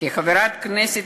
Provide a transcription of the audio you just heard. כחברת הכנסת,